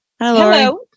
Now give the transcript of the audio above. Hello